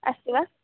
अस्ति वा